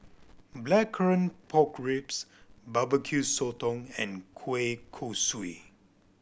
Blackcurrant Pork Ribs Barbecue Sotong and kueh kosui